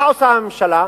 מה עושה הממשלה?